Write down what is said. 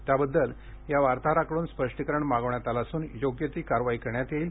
त्याबद्दल या वार्ताहराकडून स्पष्टिकरण मागवण्यात आलं असून योग्य ती कारवाई करण्यात येईल